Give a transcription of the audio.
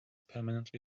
permanently